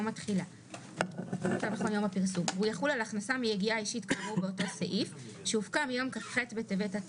יראו אותו כמי שזכאי לפטור ממס לפי